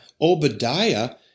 Obadiah